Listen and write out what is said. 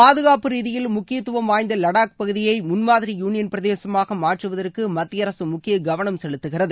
பாதுகாப்பு ரீதியில் முக்கியத்துவம் வாய்ந்த லடாக் பகுதியை முன்மாதிரி யூனியன் பிரதேசமாக மாற்றுவதற்கு மத்திய அரசு முக்கிய கவனம் செலுத்துகிறது